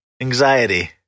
anxiety